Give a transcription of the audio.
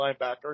linebacker